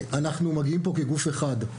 אנחנו מגיעים פה כגוף אחד,